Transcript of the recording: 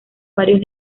varios